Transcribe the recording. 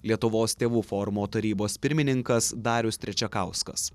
lietuvos tėvų forumo tarybos pirmininkas darius trečiakauskas